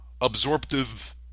absorptive